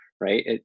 right